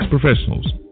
professionals